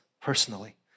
personally